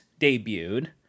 debuted